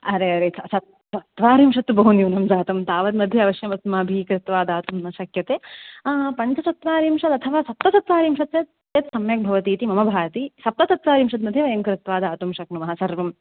अरे अरे च चत्वारिंशत्तु बहु न्यूनं जातं तावद् मध्ये अवश्यम् अस्माभिः कृत्वा दातुं न शक्यते पञ्चचत्वारिंशत् अथवा सप्तचत्वारिंशत् चेत् सम्यग्भवति इति मम भाति सप्तचत्वारिंशत् मध्ये वयं कृत्वा दातुं शक्नुमः सर्वम्